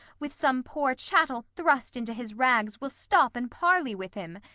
with some poor chattel thrust into his rags, will stop and parley with him?